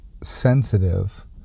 sensitive